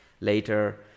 later